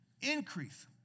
increase